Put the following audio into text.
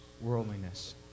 worldliness